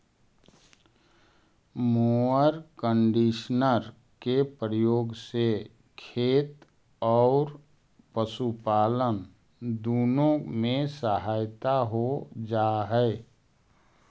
mower conditioner के प्रयोग से खेत औउर पशुपालन दुनो में सहायता हो जा हई